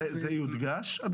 זה יודגש?